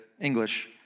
English